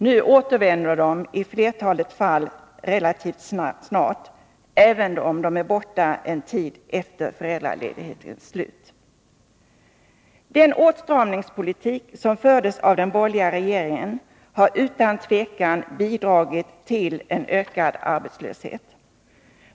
Nu återvänder de i flertalet fall relativt snart, även om de är borta en tid efter föräldraledighetens slut. Den åtstramningspolitik som fördes av den borgerliga regeringen har utan tvivel bidragit till en ökad arbetslöshet.